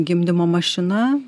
gimdymo mašina